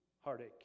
heartache